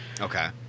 okay